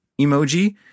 emoji